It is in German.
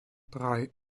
drei